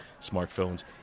smartphones